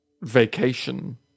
vacation